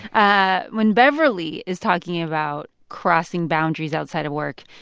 ah when beverly is talking about crossing boundaries outside of work,